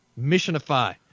missionify